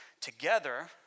together